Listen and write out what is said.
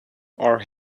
are